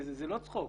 זה לא צחוק.